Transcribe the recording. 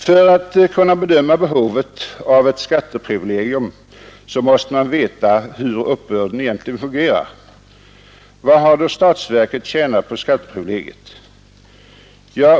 För att kunna bedöma behovet av ett skatteprivilegium måste man veta hur uppbörden egentligen fungerar. Vad har då statsverket tjänat på skatteprivilegiet?